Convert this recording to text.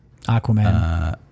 Aquaman